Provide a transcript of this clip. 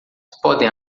podem